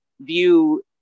view